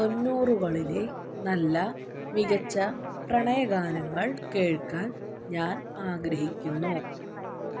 തൊണ്ണൂറുകളിലെ നല്ല മികച്ച പ്രണയഗാനങ്ങൾ കേൾക്കാൻ ഞാൻ ആഗ്രഹിക്കുന്നു